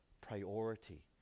priority